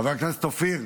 חבר הכנסת מישרקי.